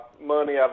money